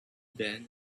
then